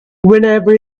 whenever